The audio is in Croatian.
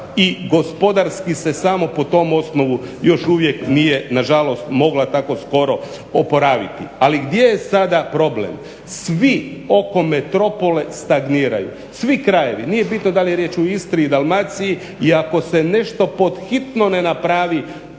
i gospodarski se samo po tom osnovu još uvijek nije nažalost mogla tako skoro oporaviti. Ali gdje je sada problem? svi oko metropole stagniraju, svi krajevi. Nije bitno da li je riječ o Istri ili Dalmaciji i ako se nešto pod hitno ne napravi,